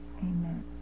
Amen